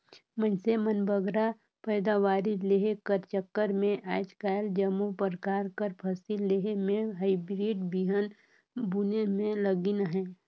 मइनसे मन बगरा पएदावारी लेहे कर चक्कर में आएज काएल जम्मो परकार कर फसिल लेहे में हाईब्रिड बीहन बुने में लगिन अहें